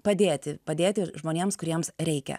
padėti padėti žmonėms kuriems reikia